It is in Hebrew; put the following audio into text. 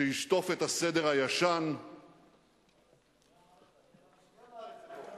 שישטוף את הסדר הישן, מי אמר את זה?